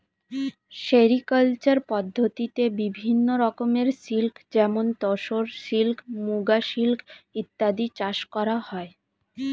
sericulture পদ্ধতিতে বিভিন্ন রকমের সিল্ক যেমন তসর সিল্ক, মুগা সিল্ক ইত্যাদি চাষ করা হয়